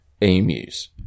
emus